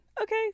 okay